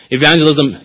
evangelism